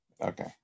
Okay